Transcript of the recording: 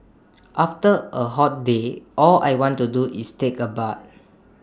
after A hot day all I want to do is take A bath